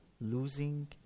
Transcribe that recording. losing